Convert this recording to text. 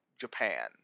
Japan